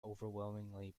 overwhelmingly